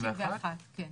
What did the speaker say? כן.